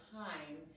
time